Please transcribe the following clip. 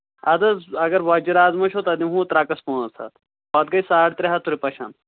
اَدٕ حظ اَگر وۄزجہِ رازما چھو تَتھ دِمہو ترٛکَس پانٛژھ ہَتھ پَتہٕ گٔے ساڑ ترٛےٚ ہَتھ تُرپَشان